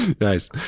Nice